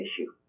issue